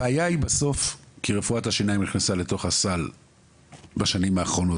הבעיה היא בסוף מכיוון שרפואת השיניים נכנסה בשנים האחרונות